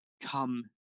come